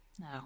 No